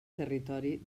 territori